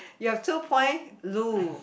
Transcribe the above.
you have two point